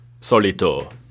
solito